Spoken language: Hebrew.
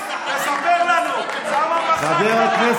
ספר לנו למה מחקת מהיומן את הפגישות עם אשכנזי.